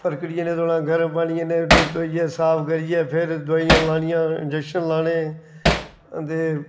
फटकरी ने धोना गर्म पानी ने धोइयै साफ करियै फिर दोआइयां लानियां इन्जैक्शन लाने अते